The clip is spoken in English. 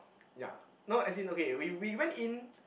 ya no as in okay we we went in